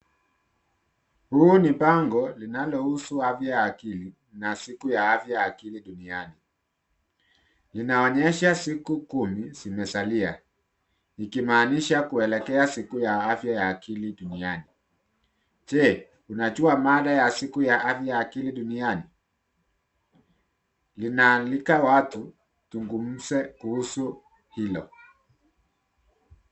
Huu ni bango linalohusu afya ya akili na siku ya afya ya akili duniani. Linaonyesha siku kumi zimesalia ikimaanisha kuelekea kwa siku ya afya ya akili duniani. Je unajua maana ya siku ya afya ya akili duniani? Linaalika watu tuzungumze kuhusu hilo.